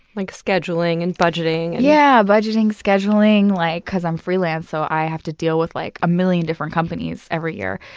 like scheduling and budgeting. yeah, budgeting and scheduling. like because i'm freelance so i have to deal with like a million different companies every year.